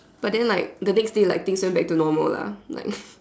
but then like the next day like things went back to normal lah like